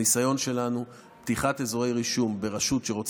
מהניסיון שלנו פתיחת אזורי רישום ברשות שרוצה